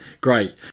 Great